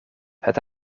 het